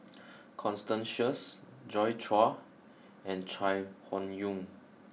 Constance Sheares Joi Chua and Chai Hon Yoong